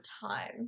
time